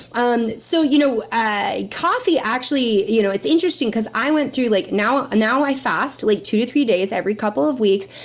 um so, you know coffee actually. you know it's interesting because i went through, like now now i fast, like two to three days, every couple of weeks,